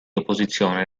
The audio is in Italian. opposizione